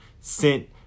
sent